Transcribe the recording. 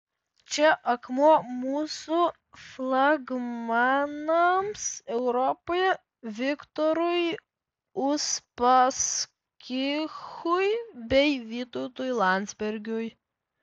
čia akmuo mūsų flagmanams europoje viktorui uspaskichui bei vytautui landsbergiui